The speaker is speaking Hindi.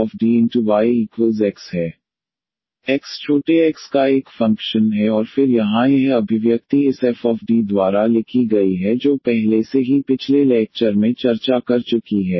x छोटे x का एक फ़ंक्शन है और फिर यहां यह अभिव्यक्ति इस एफ द्वारा लिखी गई है जो पहले से ही पिछले लेक्चर में चर्चा कर चुकी है